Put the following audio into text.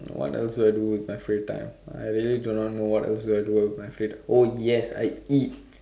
what else do I do with my free time I really do not know what else do I do with my free time oh yes I eat